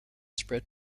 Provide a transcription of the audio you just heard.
spread